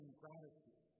gratitude